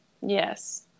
yes